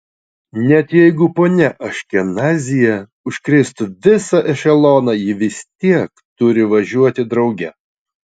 net jeigu ponia aškenazyje užkrėstų visą ešeloną ji vis tiek turi važiuoti drauge